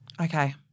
Okay